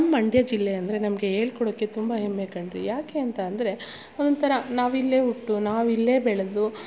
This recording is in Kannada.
ನಮ್ಮ ಮಂಡ್ಯ ಜಿಲ್ಲೆ ಅಂದರೆ ನಮಗೆ ಹೇಳ್ಕೊಳೊಕ್ಕೆ ತುಂಬ ಹೆಮ್ಮೆ ಕಣ್ರಿ ಯಾಕೆ ಅಂತ ಅಂದರೆ ಒಂಥರ ನಾವಿಲ್ಲೆ ಹುಟ್ಟು ನಾವಿಲ್ಲೇ ಬೆಳೆದು